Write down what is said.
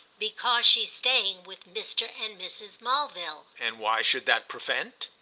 because she's staying with mr. and mrs. mulville. and why should that prevent?